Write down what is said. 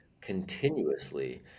continuously